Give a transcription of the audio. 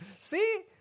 See